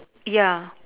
ya